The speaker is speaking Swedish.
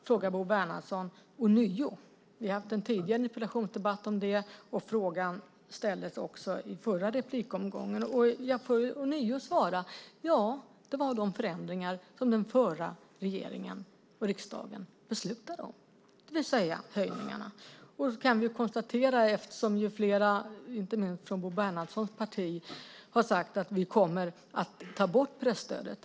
frågar Bo Bernhardsson ånyo - vi har haft en tidigare interpellationsdebatt om det, och frågan ställdes också i förra replikomgången. Jag får ånyo svara: Ja, det var de förändringar som den förra regeringen och riksdagen beslutade om, det vill säga höjningarna. Flera, inte minst från Bo Bernhardssons parti, har sagt att vi kommer att ta bort presstödet.